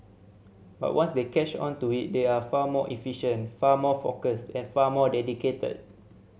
but once they catch on to it they are far more efficient far more focused and far more dedicated